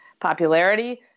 popularity